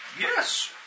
Yes